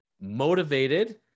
motivated